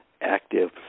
active